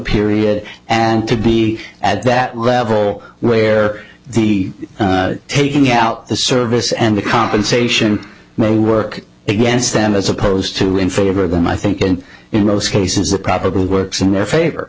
period and to be at that level where the taking out the service and the compensation may work against them as opposed to in favor of them i think in most cases it probably works in their favor